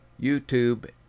YouTube